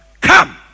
come